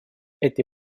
этой